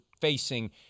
facing